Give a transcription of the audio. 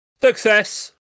success